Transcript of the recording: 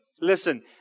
Listen